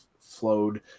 flowed